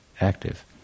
active